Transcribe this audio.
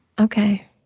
Okay